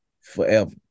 forever